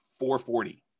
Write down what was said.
440